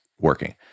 Working